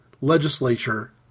legislature